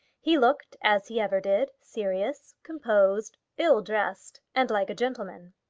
he looked, as he ever did, serious, composed, ill-dressed, and like a gentleman.